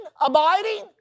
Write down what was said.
abiding